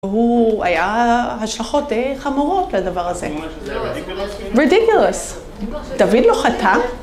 ‫הוא היה השלכות היו די חמורות לדבר הזה. ‫-ממש, זה רדיקלוס כאילו. ‫רדיקלוס. דוד לא חטא.